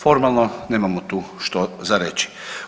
Formalno nemamo tu što za reći.